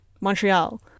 Montreal